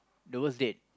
lower six